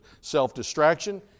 self-distraction